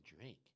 drink